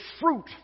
fruit